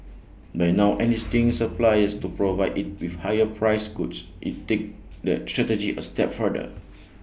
by now enlisting suppliers to provide IT with higher priced goods IT take that strategy A step further